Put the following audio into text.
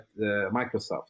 microsoft